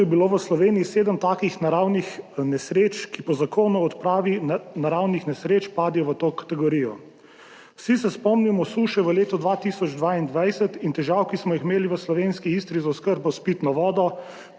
je bilo v Sloveniji sedem takih naravnih nesreč, ki po Zakonu o odpravi naravnih nesreč padejo v to kategorijo. Vsi se spomnimo suše v letu 2022 in težav, ki smo jih imeli v slovenski Istri z oskrbo s pitno vodo,